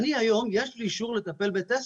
אני היום יש לי אישור לטפל בטסלה,